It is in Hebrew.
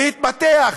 להתפתח,